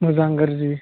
मोजां गाज्रि